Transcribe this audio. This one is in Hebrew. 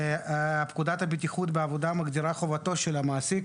פקודת הבטיחות בעבודה מגדירה את חובתו של המעסיק